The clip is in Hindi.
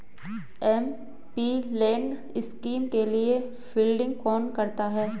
एमपीलैड स्कीम के लिए फंडिंग कौन करता है?